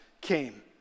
came